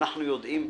אנחנו יודעים.